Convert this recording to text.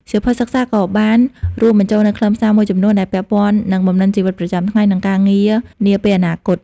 សៀវភៅសិក្សាក៏បានរួមបញ្ចូលនូវខ្លឹមសារមួយចំនួនដែលពាក់ព័ន្ធនឹងបំណិនជីវិតប្រចាំថ្ងៃ និងការងារនាពេលអនាគត។